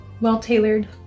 well-tailored